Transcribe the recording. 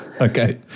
Okay